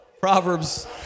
Proverbs